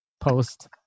post